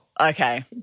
Okay